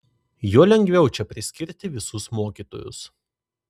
juo lengviau čia priskirti visus mokytojus